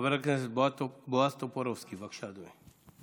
חבר הכנסת בועז טופורובסקי, בבקשה, אדוני.